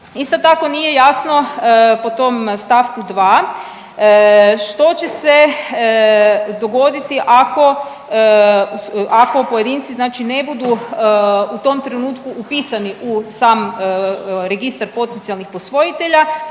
Isto tako nije jasno po tom st. 2. što će se dogoditi ako, ako pojedinci znači ne budu u tom trenutku upisani u sam registar potencijalnih posvojitelja,